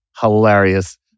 hilarious